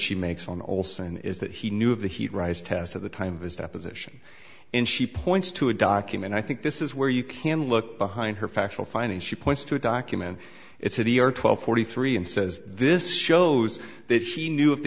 she makes on olson is that he knew of the heat rise test at the time of his deposition and she points to a document i think this is where you can look behind her factual findings she points to a document it's a the are twelve forty three and says this shows that she knew of the